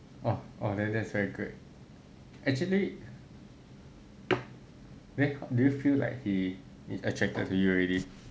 orh oh then that's very good actually eh do you feel like he is attracted to you already